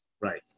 Right